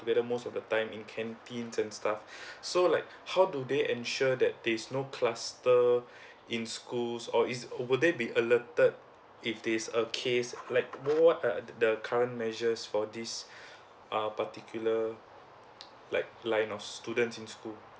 gather most of the time in canteens and stuff so like how do they ensure that there is no cluster in schools or is would they be alerted if there is a case like more uh the current measures for this uh particular like line of students in school